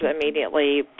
immediately